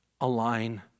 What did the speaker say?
align